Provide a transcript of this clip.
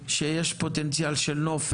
שיש בהם פוטנציאל של נוף,